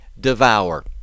devour